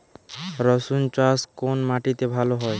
রুসুন চাষ কোন মাটিতে ভালো হয়?